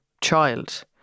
child